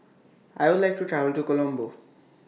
I Would like to travel to Colombo